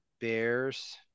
Bears